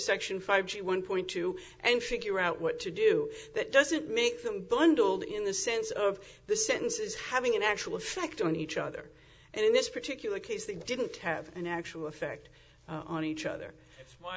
section five one point two and figure out what to do that doesn't make them bundled in the sense of the sentences having an actual effect on each other and in this particular case they didn't have an actual effect on each other